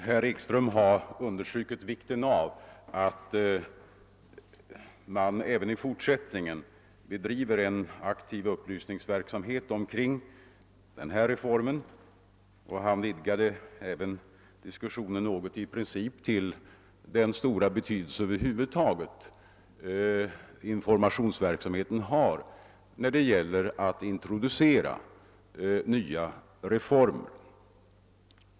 Herr talman! Herr Ekström underströk vikten av att man även i fortsättningen bedriver en aktiv upplysningsverksamhet omkring den här reformen och han vidgade diskussionen något till att i princip omfatta den stora betydelse som informationsverksamhet över huvud taget har när det gäller att introducera nya reformer.